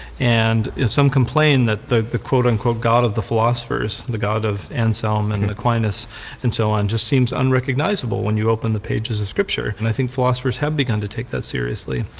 and some complain that the the god of the philosophers, the god of anselm and and aquinas and so on, just seems unrecognizable when you open the pages of scripture. and i think philosophers have begun to take that seriously.